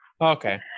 okay